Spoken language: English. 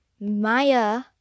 Maya